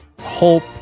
hope